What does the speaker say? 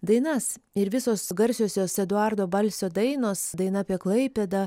dainas ir visos garsiosios eduardo balsio dainos daina apie klaipėdą